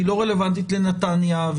היא לא רלוונטית לנתניה,